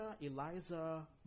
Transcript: Eliza